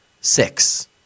Six